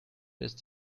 ist